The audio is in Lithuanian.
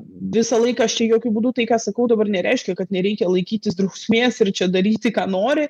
visą laiką aš čia jokiu būdu tai ką sakau dabar nereiškia kad nereikia laikytis drausmės ir čia daryti ką nori